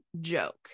joke